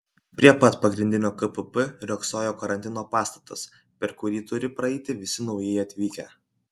prie pat pagrindinio kpp riogsojo karantino pastatas per kurį turi praeiti visi naujai atvykę